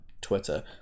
twitter